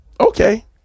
Okay